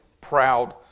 proud